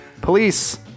Police